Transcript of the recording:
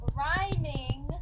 rhyming